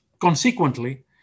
Consequently